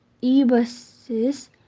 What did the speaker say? e-buses